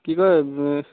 কি কয়